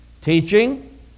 Teaching